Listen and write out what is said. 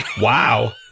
Wow